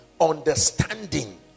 Understanding